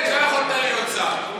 לא יכולת להיות שר.